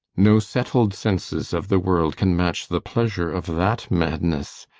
no settled senses of the world can match the pleasure of that madness.